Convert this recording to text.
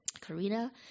Karina